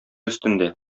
өстендә